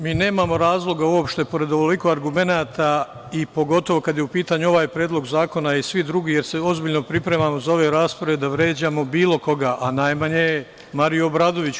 Mi nemamo razloga uopšte, pored ovoliko argumenata, pogotovo kada je u pitanju ovaj predlog zakona i svi drugi, jer se ozbiljno pripremamo za ove rasprave, da vređamo bilo koga, a najmanje Mariju Obradović.